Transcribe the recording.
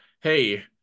hey